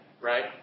right